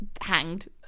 hanged